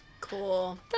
Cool